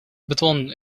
beton